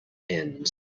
ends